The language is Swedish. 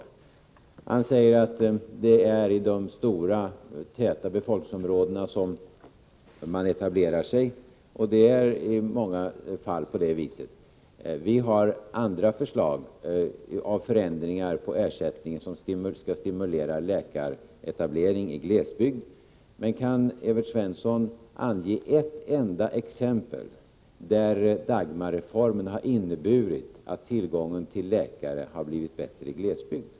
Evert Svensson säger att det är i de stora tätbefolkade områdena som läkarna etablerar sig. Det är i många fall på det viset. Men vi har andra förslag till förändringar av ersättning som skall stimulera läkare att etablera sig i glesbygd. Men kan Evert Svensson ange ett enda exempel där Dagmarreformen har inneburit att tillgången till läkare har blivit bättre i glesbygd?